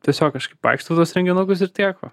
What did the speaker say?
tiesiog kažkaip vaikštau į tuos renginukus ir tiek va